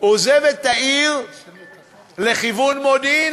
עוזב את העיר לכיוון מודיעין,